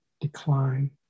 Decline